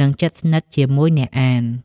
និងជិតស្និទ្ធជាមួយអ្នកអាន។